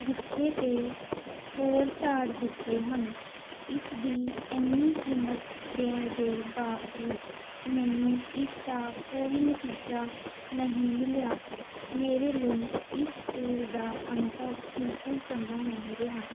ਰੁੱਖੇ ਅਤੇ ਹੋਰ ਝਾੜ ਦਿੱਤੇ ਹਨ ਇਸਦੀ ਇੰਨੀ ਕੀਮਤ ਦੇਣ ਦੇ ਬਾਵਜੂਦ ਮੈਨੂੰ ਇਸ ਦਾ ਕੋਈ ਨਤੀਜਾ ਨਹੀਂ ਮਿਲਿਆ ਮੇਰੇ ਲਈ ਇਸ ਤੇਲ ਦਾ ਅਨੁਭਵ ਬਿਲਕੁਲ ਚੰਗਾ ਨਹੀਂ ਰਿਹਾ